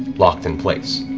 locked in place.